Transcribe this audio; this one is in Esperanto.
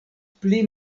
pli